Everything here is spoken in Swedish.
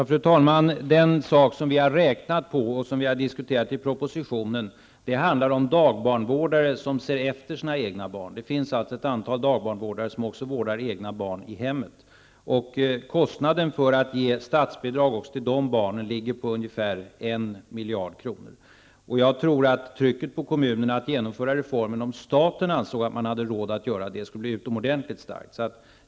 Fru talman! Vi har räknat på dagbarnvårdare som ser efter sina egna barn, och det är också vad som har diskuterats i propositionen -- det finns alltså ett antal dagbarnvårdare som vårdar egna barn i hemmet. Kostnaden för att betala ut statsbidrag också för dessa barn ligger på ungefär 1 miljard kronor. Om staten ansåg att man hade råd att genomföra reformen, skulle trycket på kommunerna bli utomordentligt starkt.